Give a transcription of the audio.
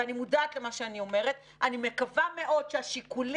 ואני מודעת למה שאני אומרת: אני מקווה מאוד שהשיקולים